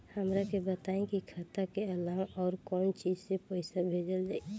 हमरा के बताई की खाता के अलावा और कौन चीज से पइसा भेजल जाई?